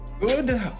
Good